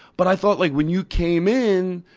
but i thought like when you came in,